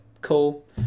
Cool